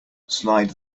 slide